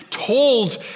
told